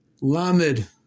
Lamed